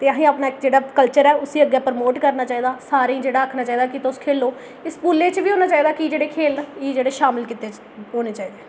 ते असें अपना जेह्ड़ा कलचर ऐ उसी अग्गें परमोट करना चाहिदा सारें गी जेह्ड़ा आखना चाहिदा जे तुस खेलो इस स्कूलें बी होना चाहिदा जेह्ड़ा खेल न एह् जेह्ड़े शामल कीते होने चाहिदे